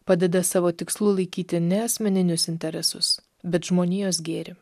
padeda savo tikslu laikyti ne asmeninius interesus bet žmonijos gėrį